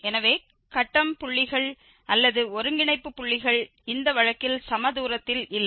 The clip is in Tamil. எனவே கட்டம் புள்ளிகள் அல்லது ஒருங்கிணைப்பு புள்ளிகள் இந்த வழக்கில் சம தூரத்தில் இல்லை